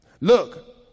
look